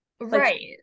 right